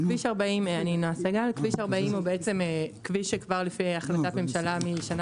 כביש 40 הוא כביש שכבר לפי החלטת ממשלה משנה